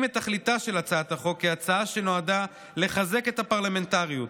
את תכליתה של הצעת החוק כהצעה שנועדה לחזק את הפרלמנטריות,